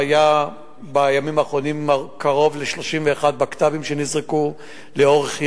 בימים האחרונים נזרקו 31 בקת"בים, לאורך ימים.